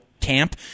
camp